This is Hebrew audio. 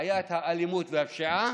בעיית האלימות והפשיעה,